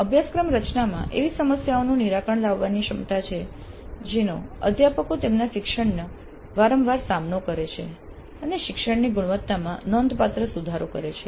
અભ્યાસક્રમ રચનામાં એવી સમસ્યાઓનું નિરાકરણ લાવવાની ક્ષમતા છે જેનો અધ્યાપકો તેમના શિક્ષણમાં વારંવાર સામનો કરે છે અને શિક્ષણની ગુણવત્તામાં નોંધપાત્ર સુધારો કરે છે